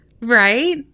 Right